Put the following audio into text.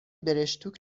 برشتوک